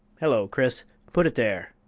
hello, chris. put it there.